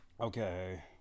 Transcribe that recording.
okay